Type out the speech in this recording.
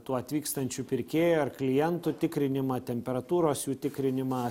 tų atvykstančių pirkėjų ar klientų tikrinimą temperatūros jų tikrinimą